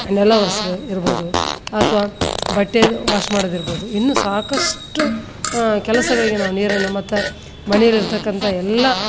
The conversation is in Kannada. ನೆಲ ಒರೆಸುವ ಇರ್ಬೋದು ಅಥವಾ ಬಟ್ಟೆ ವಾಷ್ ಮಾಡೋದಿರ್ಬೋದು ಇನ್ನೂ ಸಾಕಷ್ಟು ಕೆಲಸಗಳಿಗೆ ನಾವು ನೀರನ್ನು ಮತ್ತು ಮನೇಲಿ ಇರತಕ್ಕಂಥ ಎಲ್ಲ